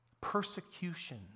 Persecution